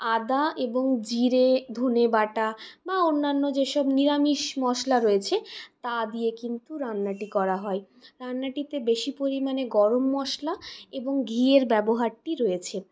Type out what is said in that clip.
আদা এবং জিরে ধনে বাটা বা অন্যান্য যেসব নিরামিষ মশলা রয়েছে তা দিয়ে কিন্তু রান্নাটি করা হয় রান্নাটিতে বেশি পরিমাণে গরম মশলা এবং ঘিয়ের ব্যবহারটি রয়েছে